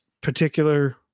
particular